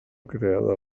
creada